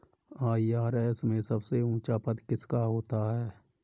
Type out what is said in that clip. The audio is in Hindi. आई.आर.एस में सबसे ऊंचा पद किसका होता है?